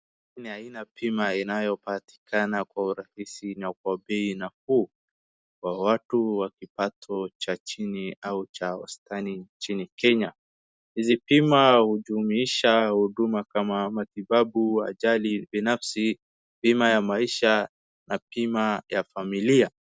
Ni aina ya bima inayopatikana kwa urahisi na kwa bei nafuu, kwa watu wa kipato cha chini au cha wastani nchini Kenya, hizi bima hujumuisha huduma kama matibabu, ajali, binafsi, bima ya maisha, na bima ya familia.